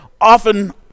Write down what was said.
often